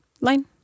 line